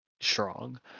strong